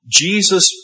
Jesus